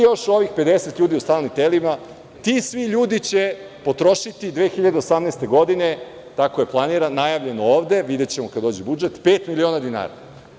Još ovih 50 ljudi u stalnim telima, ti svi ljudi će potrošiti 2018. godine, tako je najavljeno ovde, videćemo kada dođe budžet, pet miliona dinara.